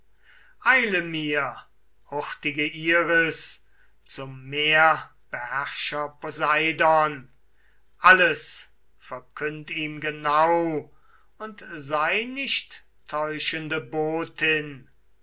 eile mir hurtige iris zum meerbeherrscher poseidon alles verkünd ihm genau und sei nicht täuschende